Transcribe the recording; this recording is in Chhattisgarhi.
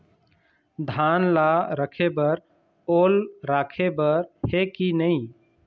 धान ला रखे बर ओल राखे बर हे कि नई?